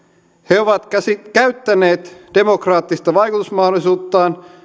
he ovat käyttäneet demokraattista vaikutusmahdollisuuttaan